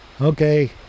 okay